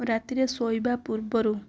ରାତିରେ ଶୋଇବା ପୂର୍ବରୁ